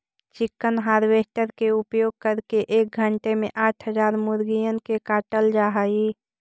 chicken harvester के उपयोग करके एक घण्टे में आठ हजार मुर्गिअन के काटल जा हई